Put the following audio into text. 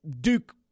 Duke